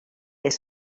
més